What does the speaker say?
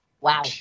wow